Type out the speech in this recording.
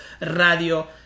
Radio